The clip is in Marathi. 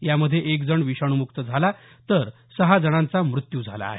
यामध्ये एक जण विषाणू मुक्त झाला आहे तर सहा जणांचा मृत्यू झाला आहे